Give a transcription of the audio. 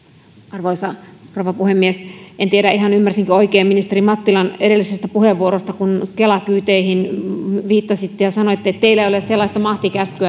arvoisa rouva puhemies en tiedä ihan ymmärsinkö oikein ministeri mattilan edellisestä puheenvuorosta kun kela kyyteihin viittasitte ja sanoitte että teillä ei ole sellaista mahtikäskyä